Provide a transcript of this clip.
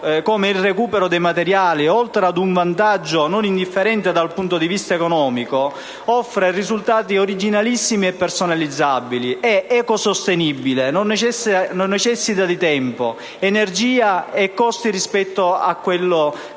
il recupero dei materiali oltre ad un vantaggio non indifferente dal punto di vista economico, offra risultati originalissimi e personalizzabili: è ecosostenibile, non necessita di tempo, energia e costi rispetto a quello creato